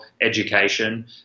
education